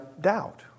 doubt